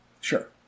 Sure